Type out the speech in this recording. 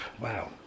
Wow